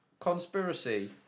conspiracy